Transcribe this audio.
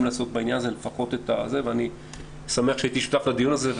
לעשות לפחות את ה- -- ואני שמח שהייתי שותף לדיון הזה.